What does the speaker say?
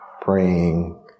praying